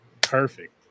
perfect